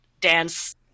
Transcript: dance